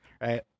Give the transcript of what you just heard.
Right